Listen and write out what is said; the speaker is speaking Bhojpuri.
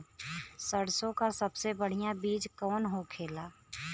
सरसों का सबसे बढ़ियां बीज कवन होखेला?